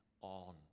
on